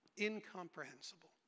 Incomprehensible